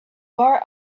bar